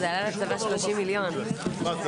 הישיבה ננעלה בשעה 09:57.